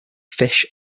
fish